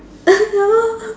ya lor